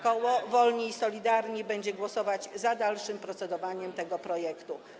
Koło Wolni i Solidarni będzie głosować za dalszym procedowaniem nad tym projektem.